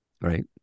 Right